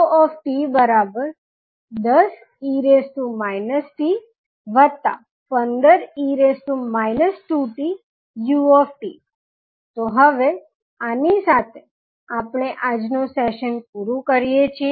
v0t10e t15e 2tu તો હવે આની સાથે આપણે આજનું સેશન પૂરું કરીએ છીએ